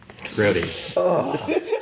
grody